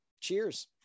cheers